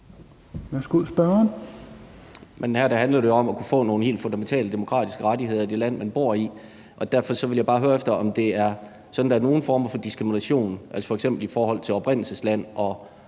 Peder Hvelplund (EL): Men her handler det jo om at kunne få nogle helt fundamentale demokratiske rettigheder i det land, man bor i, og derfor vil jeg bare høre, om det er sådan, at der er nogle former for diskrimination, altså f.eks. i forhold til oprindelsesland og